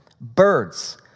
birds